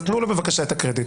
אז תנו לו בבקשה את הקרדיט.